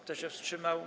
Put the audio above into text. Kto się wstrzymał?